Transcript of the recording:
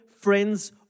friends